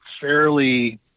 fairly –